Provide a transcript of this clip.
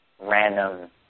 random